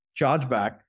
chargeback